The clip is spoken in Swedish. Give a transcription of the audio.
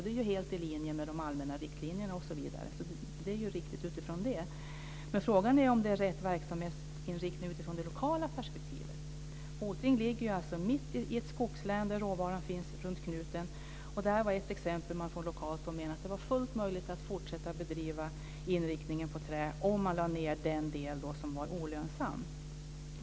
Det är helt i linje med de allmänna riktlinjerna osv., så det är ju riktigt utifrån det. Men frågan är om det är rätt verksamhetsinriktning i det lokala perspektivet. Hoting ligger mitt i ett skogslän där råvaran finns runt knuten. Detta var ett exempel där man från lokalt håll menade att det var fullt möjligt att fortsätta bedriva inriktningen på trä om man lade ned den del som var olönsam.